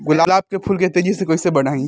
गुलाब के फूल के तेजी से कइसे बढ़ाई?